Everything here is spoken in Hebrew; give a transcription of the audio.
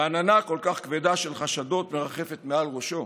ועננה כל כך כבדה של חשדות מרחפת מעל ראשו?